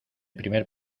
primer